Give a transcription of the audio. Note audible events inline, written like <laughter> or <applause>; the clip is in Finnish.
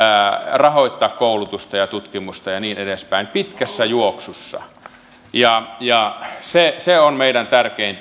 rahoittaa koulutusta ja tutkimusta ja niin edespäin pitkässä juoksussa se se on meidän tärkein <unintelligible>